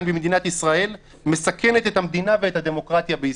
במדינת ישראל מסכנת את המדינה ואת הדמוקרטיה בישראל.